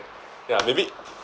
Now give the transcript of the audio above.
ya maybe